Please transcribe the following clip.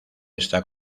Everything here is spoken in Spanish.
está